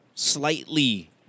Slightly